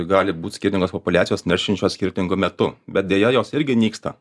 gali būt skirtingos populiacijos neršiančios skirtingu metu bet deja jos irgi nyksta